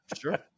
Sure